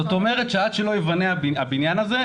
זאת אומרת שעד שלא ייבנה הבניין הזה,